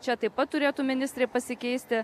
čia taip pat turėtų ministrai pasikeisti